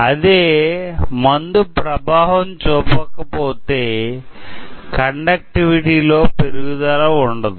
అదే మందు ప్రభావం చూపకపోతే కండక్టివిటీ లో పెరుగుదల ఉండదు